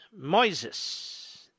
Moises